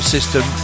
System